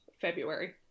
February